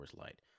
Light